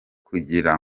kugira